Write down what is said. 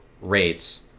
rates